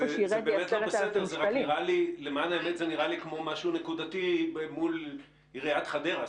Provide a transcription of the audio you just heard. זה לא בסדר אבל זה נראה כמו משהו נקודתי מול עיריית חדרה.